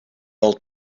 old